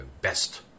best